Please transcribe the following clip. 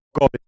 God